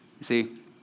see